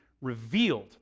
revealed